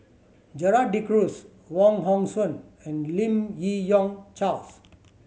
Gerald De Cruz Wong Hong Suen and Lim Yi Yong Charles